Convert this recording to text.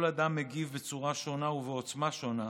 כל אדם מגיב בצורה שונה ובעוצמה שונה,